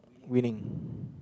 winning